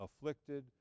afflicted